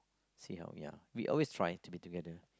see how ya we always try to meet together